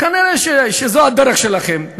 כנראה זו הדרך שלכם.